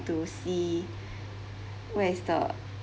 to see where is the